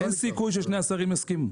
אין סיכוי ששני השרים יסכימו.